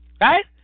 Right